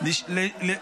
מה זה?